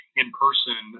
in-person